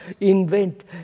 invent